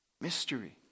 Mystery